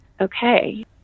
Okay